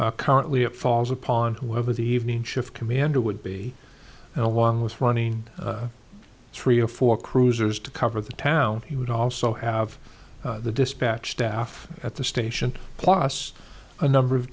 there currently it falls upon whether the evening shift commander would be a one was running three or four cruisers to cover the town he would also have the dispatch staff at the station plus a number of